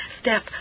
step